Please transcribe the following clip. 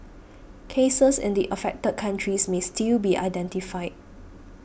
cases in the affected countries may still be identified